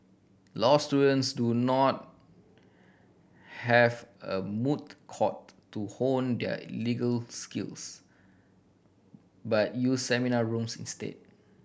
law students do not have a moot court to hone their legal skills but use seminar rooms instead